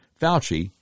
Fauci